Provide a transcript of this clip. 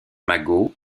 magot